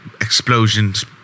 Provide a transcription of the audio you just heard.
Explosions